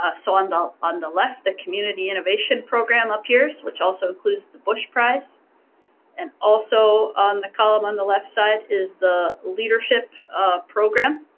ah so on the on the left, the community innovation program appears, which also includes the bush prize and also on the column on the left side is the leadership program.